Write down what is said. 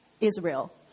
Israel